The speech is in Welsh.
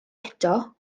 eto